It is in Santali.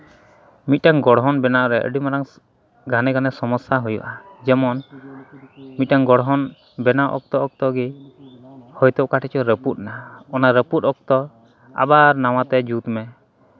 ᱢᱤᱫᱴᱟᱝ ᱜᱚᱲᱦᱚᱱ ᱵᱮᱱᱟᱣ ᱨᱮ ᱟᱹᱰᱤ ᱢᱟᱨᱟᱝ ᱜᱷᱟᱱᱮ ᱜᱷᱟᱱᱮ ᱥᱚᱢᱚᱥᱟ ᱦᱩᱭᱩᱜᱼᱟ ᱡᱮᱢᱚᱱ ᱢᱤᱫᱴᱟᱝ ᱜᱚᱲᱦᱚᱱ ᱵᱮᱱᱟᱣ ᱚᱠᱛᱚ ᱚᱠᱛᱚ ᱜᱮ ᱦᱚᱭ ᱛᱳ ᱚᱠᱟ ᱴᱷᱮᱱ ᱪᱚᱝ ᱨᱟᱹᱯᱩᱫ ᱮᱱᱟ ᱚᱱᱟ ᱨᱟᱹᱯᱩᱫ ᱚᱠᱛᱚ ᱟᱵᱟᱨ ᱱᱟᱣᱟᱛᱮ ᱡᱩᱛ ᱢᱮ